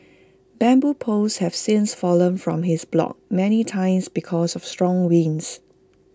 bamboo poles have since fallen from his block many times because of strong winds